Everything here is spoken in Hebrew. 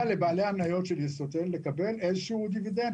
לבעלי המניות של ישרוטל לקבל איזשהו דיבידנד,